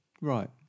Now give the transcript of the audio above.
Right